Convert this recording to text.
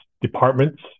departments